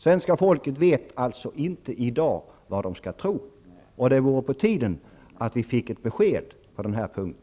Svenska folket vet i dag inte vad de skall tro. Det är på tiden att vi får ett besked på den här punkten.